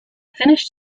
finished